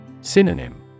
Synonym